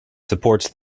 supports